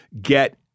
get